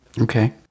Okay